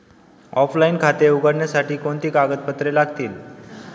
Offline खाते उघडण्यासाठी कोणती कागदपत्रे लागतील?